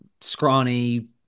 scrawny